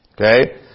Okay